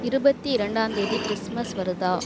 இருபத்தி இரண்டாந்தேதி கிறிஸ்மஸ் வருதா